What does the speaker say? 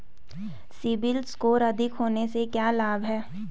CIBIL score अधिक होने से क्या लाभ हैं?